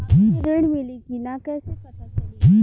हमके ऋण मिली कि ना कैसे पता चली?